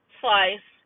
slice